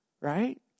right